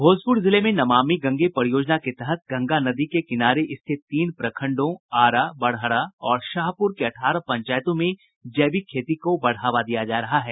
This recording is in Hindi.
भोजपुर जिले में नमामि गंगे परियोजना के तहत गंगा नदी के किनारे स्थित तीन प्रखंडों आरा बड़हरा और शाहपुर के अठारह पंचायतों में जैविक खेती को बढ़ावा दिया जा रहा है